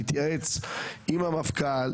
להתייעץ עם המפכ"ל,